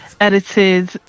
edited